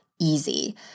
easy